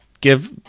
give